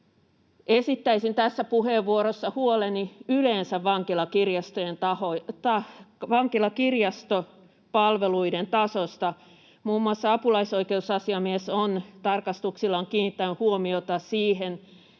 esittäisin tässä puheenvuorossa huoleni yleensä vankilakirjastopalveluiden tasosta. Muun muassa apulaisoikeusasiamies on tarkastuksillaan kiinnittänyt huomiota siihen,